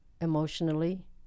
emotionally